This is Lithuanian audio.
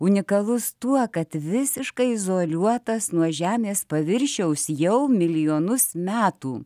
unikalus tuo kad visiškai izoliuotas nuo žemės paviršiaus jau milijonus metų